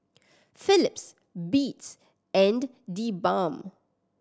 Philips Beats and TheBalm